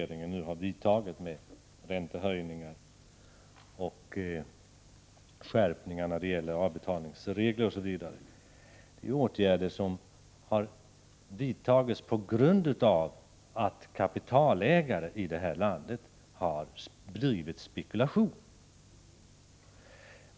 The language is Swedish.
Räntehöjningen, skärpningarna i avbetalningsreglerna osv. är åtgärder som regeringen vidtagit på grund av att kapitalägare här i landet har bedrivit spekulation.